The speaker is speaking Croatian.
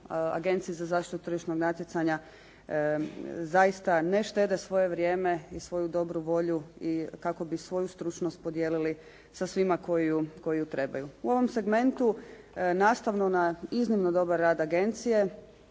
Agenciji za zaštitu tržišnog natjecanja zaista ne štede svoje vrijeme i svoju dobru volju i kako bi svoju stručnost podijelili sa svima tko ju trebaju. U ovom segmentu nastavno na iznimno dobar rad agencije